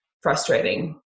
frustrating